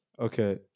Okay